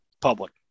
public